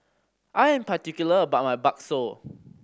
I am particular about my bakso